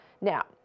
Now